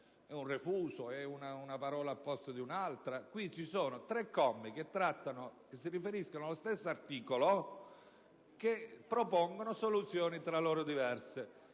un refuso o una parola al posto di un'altra. In questo caso ci sono tre commi che si riferiscono allo stesso articolo proponendo soluzioni tra loro diverse.